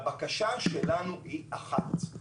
הבקשה שלנו היא אחת.